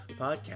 podcast